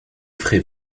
ferez